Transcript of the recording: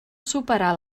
superar